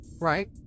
right